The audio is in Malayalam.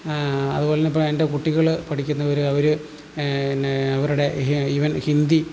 അതുപോലെ തന്നെ ഇപ്പോള് എൻ്റെ കുട്ടികള് പഠിക്കുന്നവര് അവര് പിന്നെ അവരുടെ ഈ ഈവൻ ഹിന്ദി